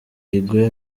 uruguay